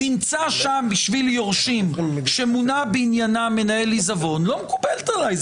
נמצא שם בשביל יורשים שמונה בעניינם מנהל עיזבון לא מקובלת עליי.